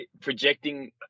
projecting